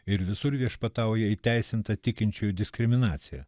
ir visur viešpatauja įteisinta tikinčiųjų diskriminacija